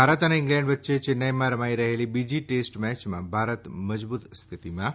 ભારત અને ઇગ્લેન્ડ વચ્ચે ચેન્નાઈમાં રમાઈ રહેલી બીજી ટેસ્ટ મેચમાં ભારત મજબુત સ્થિતિમાં છે